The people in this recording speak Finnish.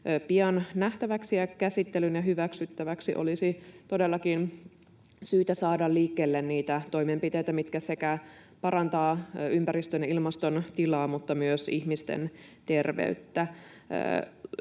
pian nähtäväksi ja käsittelyyn ja hyväksyttäväksi. Olisi todellakin syytä saada liikkeelle niitä toimenpiteitä, mitkä parantavat sekä ympäristön että ilmaston tilaa ja myös ihmisten terveyttä.